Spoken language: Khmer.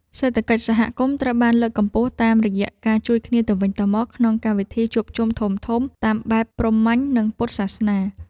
សេដ្ឋកិច្ចសហគមន៍ត្រូវបានលើកកម្ពស់តាមរយៈការជួយគ្នាទៅវិញទៅមកក្នុងកម្មវិធីជួបជុំធំៗតាមបែបព្រហ្មញ្ញ និងពុទ្ធសាសនា។